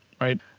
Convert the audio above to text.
right